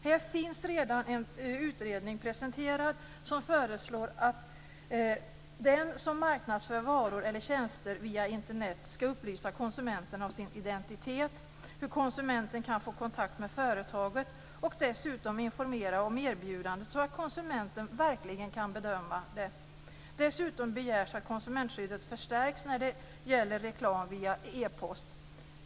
Här finns redan en utredning presenterad som föreslår att den som marknadsför varor eller tjänster via Internet ska upplysa konsumenten om sin identitet, hur konsumenten kan få kontakt med företaget och dessutom informera om erbjudandet så att konsumenten verkligen kan bedöma det. Dessutom begärs att konsumentskyddet förstärks när det gäller reklam via epost.